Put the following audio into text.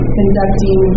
conducting